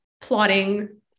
plotting